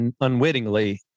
unwittingly